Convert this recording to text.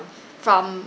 from